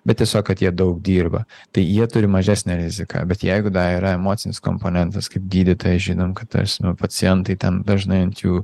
bet tiesiog kad jie daug dirba tai jie turi mažesnę riziką bet jeigu yra emocinis komponentas kaip gydytojas žinom kad tarsi pacientai ten dažnai an jų